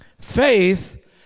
Faith